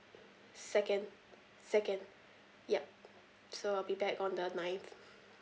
second second ya so I'll be back on the ninth